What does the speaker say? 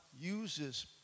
uses